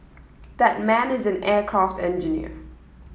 that man is an aircraft engineer